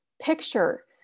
picture